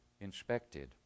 inspected